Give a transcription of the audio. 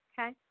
Okay